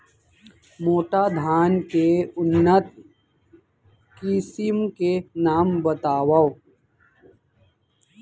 मोटा धान के उन्नत किसिम के नाम बतावव?